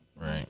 Right